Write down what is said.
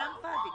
כלאם פאדי,